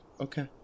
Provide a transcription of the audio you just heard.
Okay